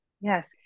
Yes